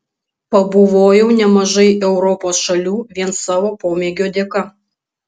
pabuvojau nemažai europos šalių vien savo pomėgio dėka